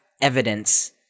evidence